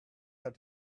had